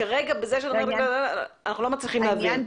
כרגע אנחנו לא מצליחים להבין.